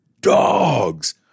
Dogs